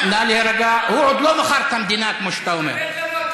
כמו שאתה אומר.